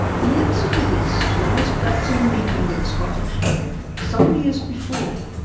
the answer to this lies perhaps in a meeting that scott had had some years before,